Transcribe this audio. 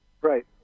Right